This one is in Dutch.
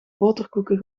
boterkoeken